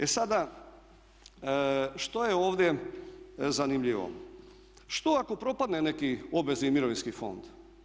E sada, što je ovdje zanimljivo, što ako propadne neki obvezni mirovinski fond?